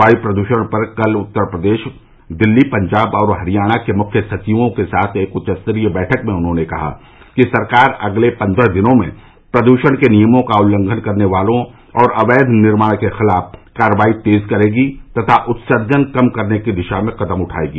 वायु प्रद्षण पर कल उत्तर प्रदेश दिल्ली पंजाब और हरियाणा के मुख्य सचिवों के साथ एक उच्चस्तरीय बैठक में उन्होंने कहा कि सरकार अगले पन्द्रह दिनों में प्रदूषण के नियमों का उल्लंघन करने वालों और अवैध निर्माण के खिलाफ कार्रवाई तेज करेगी तथा उत्सर्जन कम करने की दिशा में कदम उठाएगी